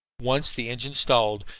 once the engine stalled,